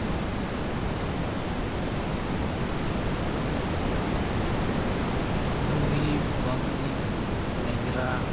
ᱫᱩᱬᱤ ᱵᱟᱢᱵᱤ ᱞᱮᱸᱡᱽᱨᱟ